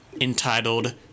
entitled